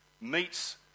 meets